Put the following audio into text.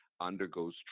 undergoes